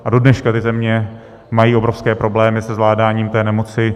A dodneška ty země mají obrovské problémy se zvládáním té nemoci.